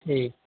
ठीक